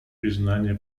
признание